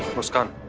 mushkan.